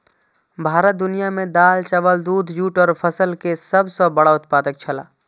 भारत दुनिया में दाल, चावल, दूध, जूट और कपास के सब सॉ बड़ा उत्पादक छला